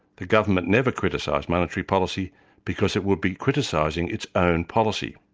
the government never criticised monetary policy because it would be criticising its own policy.